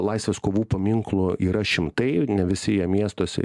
laisvės kovų paminklų yra šimtai ne visi jie miestuose